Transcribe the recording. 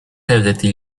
devleti